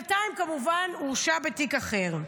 וכמובן שבינתיים הורשע בתיק אחר.